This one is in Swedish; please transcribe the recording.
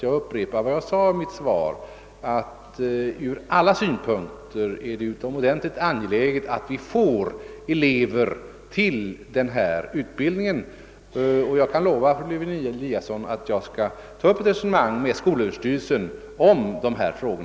Jag upprepar vad jag sade i mitt svar, att det ur alla synpunkter är utomordentligt angeläget att vi får elever till denna utbildning, och jag kan lova fru Lewén-Eliasson att jag skall ta upp ett förnyat resonemang med skolöverstyrelsen om dessa frågor.